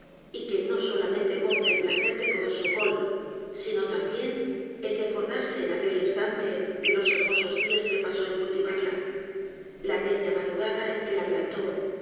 y que no solamente goza el placer de comer su col sino también el de acordarse en aquel instante de ios hermosos días que pasó en cultivarla la bella madrugada en que la plantó